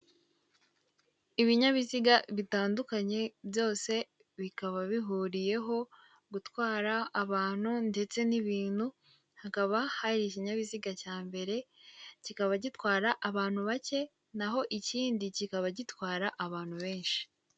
Ibinyabiziga bitandukanye byose bikaba bihuriyeho gutwara abantu ndetse n'ibintu, hakaba hari ikinyabiziga cya mbere kikaba gitwara abantu bake naho ikindi kikaba gitwara abantu benshi.